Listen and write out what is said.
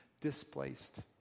displaced